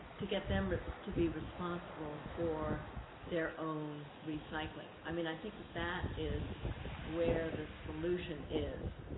to get them to be responsible for their own recycling? i mean, i think that that is where the solution is.